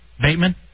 Bateman